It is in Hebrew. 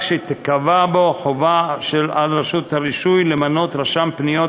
שתיקבע בו חובה על רשות הרישוי למנות רשם פניות,